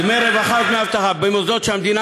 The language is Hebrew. דמי רווחה ודמי אבטחה במוסדות שהמדינה